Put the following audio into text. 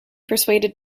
persuaded